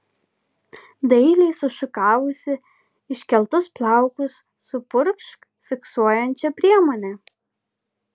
dailiai sušukavusi iškeltus plaukus supurkšk fiksuojančia priemone